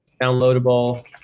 downloadable